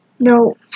No